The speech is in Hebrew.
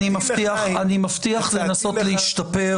אני מבטיח לנסות להשתפר.